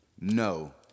No